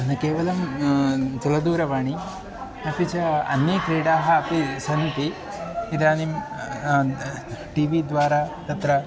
न केवलं चलदूरवाणी अपि च अन्याः क्रीडाः अपि सन्ति इदानीं टी वी द्वारा तत्र